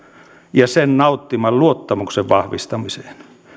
ja sen nauttiman luottamuksen vahvistamiseen